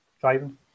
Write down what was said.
Driving